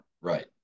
right